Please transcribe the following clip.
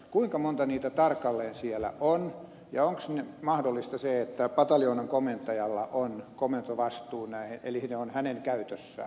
kuinka monta niitä tarkalleen siellä on ja onko mahdollista se että pataljoonan komentajalla on komentovastuu eli ne ovat hänen käytössään